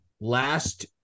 last